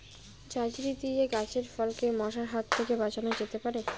ঝাঁঝরি দিয়ে গাছের ফলকে মশার হাত থেকে বাঁচানো যেতে পারে?